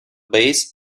base